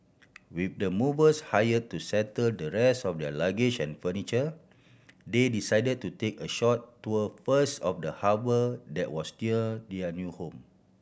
with the movers hire to settle the rest of their luggage and furniture they decide to take a short tour first of the harbour that was near their new home